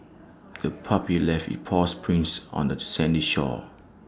the puppy left its paw prints on the sandy shore